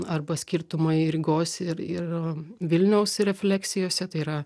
arba skirtumai rygos ir ir vilniaus refleksijose tai yra